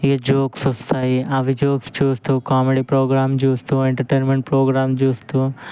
ఇవి జోక్స్ వస్తాయి అవి జోక్స్ చూస్తూ కామెడీ ప్రోగ్రాం చూస్తూ ఎంటర్టైన్మెంట్ ప్రోగ్రాం చూస్తూ